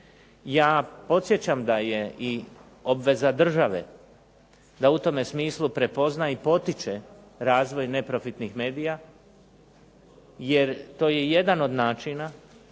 Ja podsjećam da je i obveza države da u tome smislu prepozna i potiče razvoj neprofitnih medija, jer to je jedan od načina